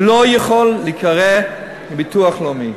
לא יכול להיקרא ביטוח לאומי.